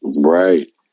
Right